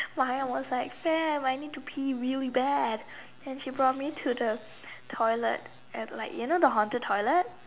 Maya was like Sam I need to pee really bad and she brought me to the toilet at like you know the haunted toilet